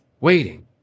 Waiting